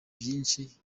vyinshi